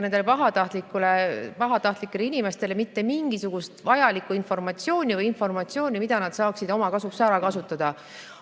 nendele pahatahtlikele inimestele mitte mingisugust vajalikku informatsiooni, mida nad saaksid oma kasuks ära kasutada.